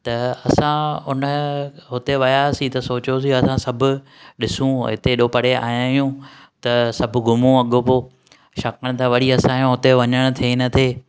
त असां उन हुते वियासीं त सोचियोसीं असां सभु ॾिसूं हिते हेॾो परे आया आहियूं त सभु घुमूं अॻो पोइ छाकाणि त वरी असांजो हुते वञणु थिए न थिए